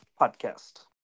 podcast